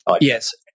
Yes